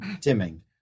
dimming